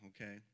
okay